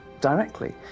directly